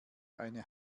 eine